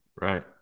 Right